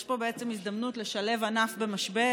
יש פה בעצם הזדמנות לשלב ענף במשבר,